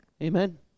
Amen